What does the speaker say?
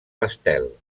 pastel